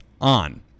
on